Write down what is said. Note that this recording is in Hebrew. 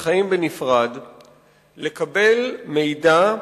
שחיים בנפרד לקבל מידע,